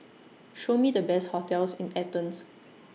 Show Me The Best hotels in Athens